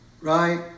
right